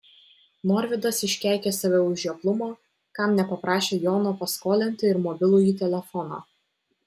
norvydas iškeikė save už žioplumą kam nepaprašė jono paskolinti ir mobilųjį telefoną